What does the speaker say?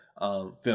film